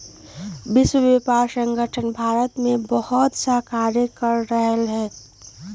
विश्व व्यापार संगठन भारत में बहुतसा कार्य कर रहले है